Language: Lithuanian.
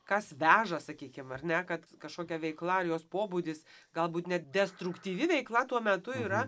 kas veža sakykim ar ne kad kažkokia veikla ar jos pobūdis galbūt net destruktyvi veikla tuo metu yra